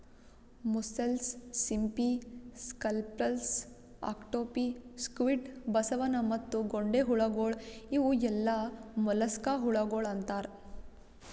mussels, ಸಿಂಪಿ, scallops, octopi, squid, ಬಸವನ ಮತ್ತ ಗೊಂಡೆಹುಳಗೊಳ್ ಇವು ಎಲ್ಲಾ ಮೊಲಸ್ಕಾ ಹುಳಗೊಳ್ ಅಂತಾರ್